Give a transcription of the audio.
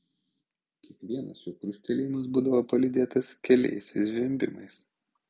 kiekvienas jo krustelėjimas būdavo palydėtas keliais zvimbimais